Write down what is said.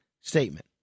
statement